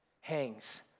hangs